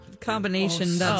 combination